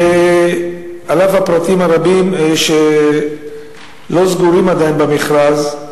ועל אף הפרטים הרבים שלא סגורים עדיין במכרז,